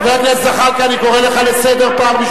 הוועדה לחקיקה גזענית.